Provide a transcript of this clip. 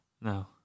No